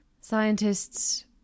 scientists